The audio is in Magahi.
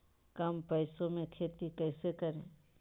कम पैसों में खेती कैसे करें?